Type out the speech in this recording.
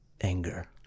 Anger